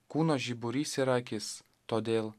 kūno žiburys yra akis todėl